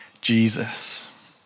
Jesus